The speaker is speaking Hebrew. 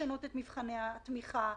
לשנות את מבחני התמיכה,